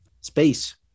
space